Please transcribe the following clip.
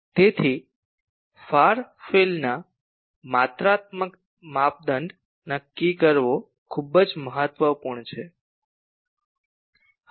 તેથી ફાર ફિલ્ડના માત્રાત્મક માપદંડ નક્કી કરવો ખૂબ જ મહત્વપૂર્ણ છે